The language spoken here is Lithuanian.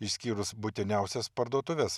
išskyrus būtiniausias parduotuves